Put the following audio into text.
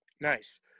Nice